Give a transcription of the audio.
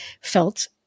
felt